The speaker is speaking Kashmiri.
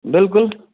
بِلکُل